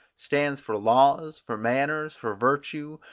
stands for laws, for manners, for virtue,